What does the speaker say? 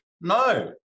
No